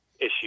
issue